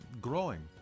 growing